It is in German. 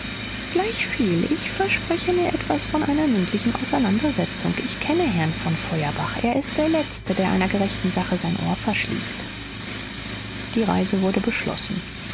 gleichviel ich verspreche mir etwas von einer mündlichen auseinandersetzung ich kenne herrn von feuerbach er ist der letzte der einer gerechten sache sein ohr verschließt die reise wurde beschlossen